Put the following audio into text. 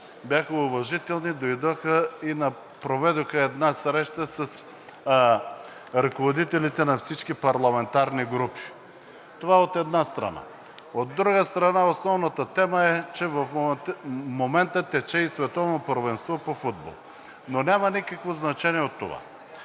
бяха уважителни, дойдоха и проведоха една среща с ръководителите на всички парламентарни групи. Това, от една страна. От друга страна, основната тема е, че в момента тече и Световното първенство по футбол, но няма никакво значение от това.